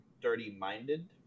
dirty-minded